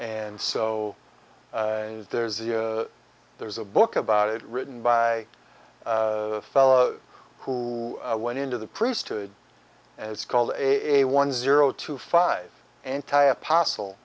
and so there's a there's a book about it written by a fellow who went into the priesthood and it's called a one zero two five anti apostle